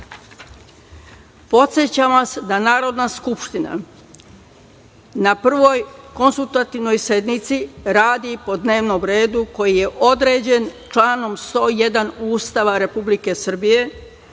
vas da Narodna skupština na Prvoj (konstitutivnoj) sednici radi po dnevnom redu koji je određen članom 101. Ustava Republike Srbije,